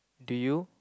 do you